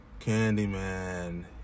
Candyman